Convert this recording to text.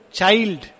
child